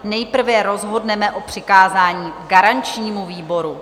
Nejprve rozhodneme o přikázání garančnímu výboru.